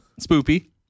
spoopy